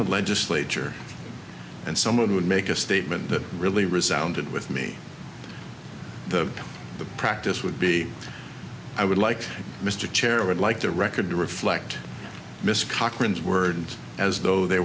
the legislature and somebody would make a statement that really resoundingly with me the the practice would be i would like mr chair would like the record to reflect miss cochran's words as though they